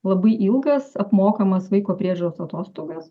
labai ilgas apmokamas vaiko priežiūros atostogas